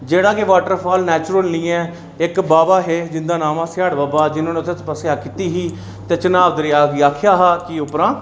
एह् केह् waterfall naturally ऐ जिं'दा नां हा सिहाड़ बाबा जिनें उत्थै तपस्या कीती ही ते चनाव दरेआ गी आखेआ कि उप्परा